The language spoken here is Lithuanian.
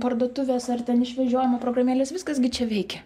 parduotuvės ar ten išvežiojimo programėlės viskas gi čia veikia